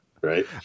right